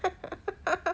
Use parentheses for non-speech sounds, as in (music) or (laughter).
(laughs)